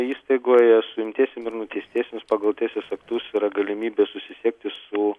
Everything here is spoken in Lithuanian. įstaigoje suimtiesiem ir nuteistiesiems pagal teisės aktus yra galimybė susisiekti su